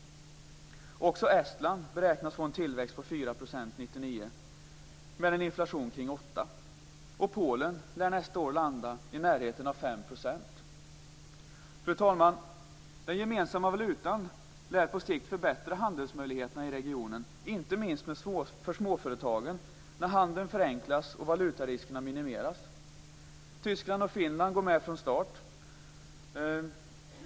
Också Estland beräknas få en tillväxt på 4 % år 1999 med en inflation kring 8 %. Polen lär nästa år landa i närheten av 5 %. Fru talman! Den gemensamma valutan lär på sikt förbättra handelsmöjligheterna i regionen, inte minst för småföretagen, när handeln förenklas och valutariskerna minimeras. Tyskland och Finland går med från starten.